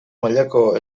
mailako